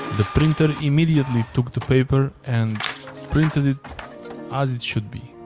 the printer immediately took the paper and printed it as it should be.